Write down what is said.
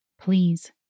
Please